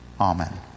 Amen